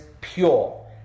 pure